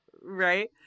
right